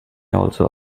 also